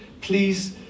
please